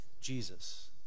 Jesus